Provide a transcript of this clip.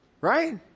right